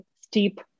steep